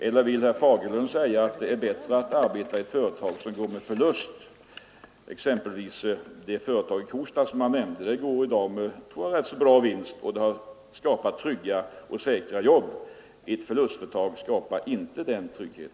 Eller vill herr Fagerlund säga att det är bättre att arbeta i ett företag som går med förlust? Det företag i Kosta som herr Fagerlund nämnde går i dag med rätt god vinst, och detta har skapat trygga och säkra jobb. Ett förlustföretag skapar inte denna trygghet.